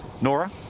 Nora